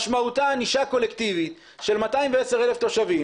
משמעותה ענישה קולקטיבית של 210,000 תושבים